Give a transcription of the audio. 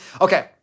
Okay